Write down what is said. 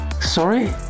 Sorry